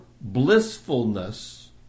blissfulness